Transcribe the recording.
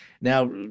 Now